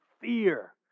fear